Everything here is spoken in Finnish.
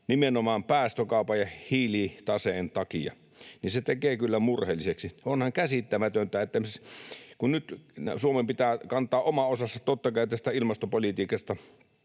nimenomaan päästökaupan ja hiilitaseen takia, niin se tekee kyllä murheelliseksi. Onhan käsittämätöntä, että esimerkiksi kun nyt Suomen pitää kantaa oma osansa, totta kai, ilmastopolitiikasta